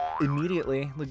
immediately